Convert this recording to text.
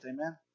Amen